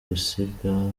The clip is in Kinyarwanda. gusiga